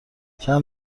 چند